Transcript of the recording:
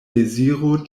deziro